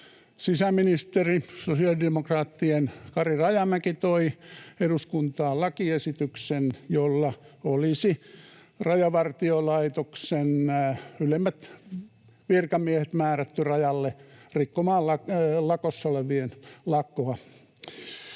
Sisäministeri, sosiaalidemokraattien Kari Rajamäki, toi eduskuntaan lakiesityksen, jolla olisi Rajavartiolaitoksen ylemmät virkamiehet määrätty rajalle rikkomalla lakossa olevien lakkoa.